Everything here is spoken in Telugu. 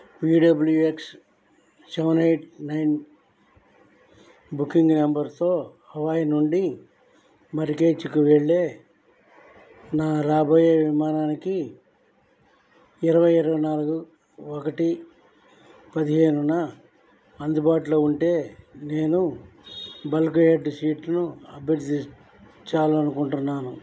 వి W X seven eight nine booking నంబర్తో హవాయి నుండి మరిటేజికి వెళ్ళే నా రాబోయే విమానానికి ఇరవై ఇరవై నాలుగు ఒకటి పదిహేనున అందుబాటులో ఉంటే నేను బల్క్ హెడ్ సీట్ను అభ్యర్థించాలనుకుంటున్నాను